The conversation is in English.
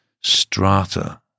strata